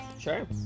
Sure